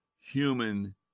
human